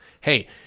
Hey